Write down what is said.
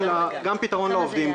גם פתרון לעובדים,